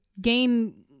gain